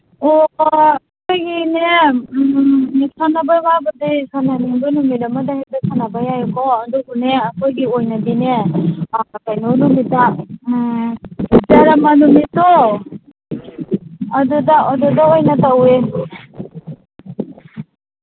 ꯑꯣ ꯑꯩꯈꯣꯏꯒꯤꯅꯦ ꯁꯥꯟꯅꯕ ꯌꯥꯕꯗꯤ ꯁꯥꯟꯅꯅꯤꯡꯕ ꯅꯨꯃꯤꯠ ꯑꯃꯗ ꯍꯦꯛꯇ ꯁꯥꯟꯅꯕ ꯌꯥꯏꯀꯣ ꯑꯗꯨꯕꯨꯅꯦ ꯑꯩꯈꯣꯏꯒꯤ ꯑꯣꯏꯅꯗꯤꯅꯦ ꯀꯩꯅꯣ ꯅꯨꯃꯤꯠꯇ ꯖꯔꯃ ꯅꯨꯃꯤꯠꯇꯣ ꯑꯗꯨꯗ ꯑꯣꯏꯅ ꯇꯧꯋꯦ